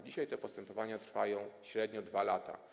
Dzisiaj te postępowania trwają średnio 2 lata.